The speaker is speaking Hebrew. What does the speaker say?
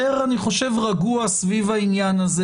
רגוע סביב העניין הזה,